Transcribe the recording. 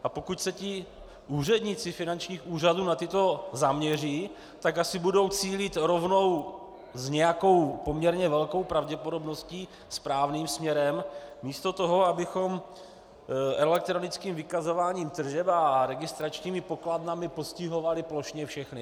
A pokud se úředníci finančních úřadů na tyto zaměří, tak asi budou cílit rovnou s nějakou poměrně velkou pravděpodobností správným směrem místo toho, abychom elektronickým vykazováním tržeb a registračními pokladnami postihovali plošně všechny.